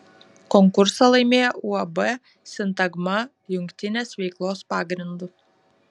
konkursą laimėjo uab sintagma jungtinės veiklos pagrindu